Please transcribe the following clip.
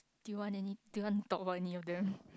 do you want any do you want talk about any of them